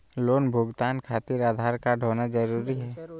Loan भुगतान खातिर Aadhaar card होना जरूरी है?